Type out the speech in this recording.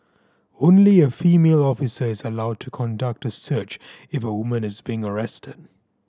only a female officer is allowed to conduct a search if a woman is being arrested